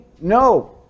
No